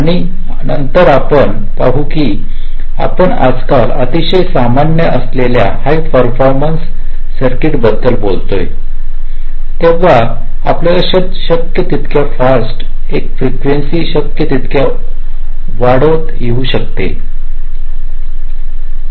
आणि आपण नंतर पाहु जेव्हा आपण आजकाल अतिशय सामान्य असलेल्या हाई परफॉर्मन्स सर्किट बद्दल बोलतोतेव्हा आपल्याला शक्य तितक्या फास्ट एक सर्किटचालवायचे आहे ज्याचा सर्किटचा डीले क्लॉकची फ्रीक्वेन्सी शक्य तितक्या वाढवता येऊ शकते